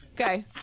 Okay